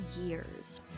years